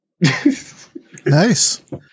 Nice